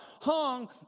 hung